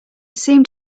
seemed